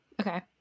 Okay